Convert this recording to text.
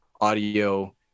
audio